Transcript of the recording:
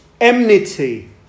Enmity